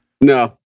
no